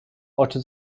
oczy